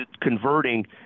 converting